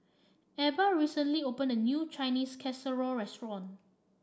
Ebba recently opened a new Chinese Casserole restaurant